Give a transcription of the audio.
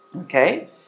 Okay